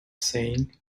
saying